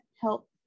help